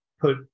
put